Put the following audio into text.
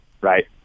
right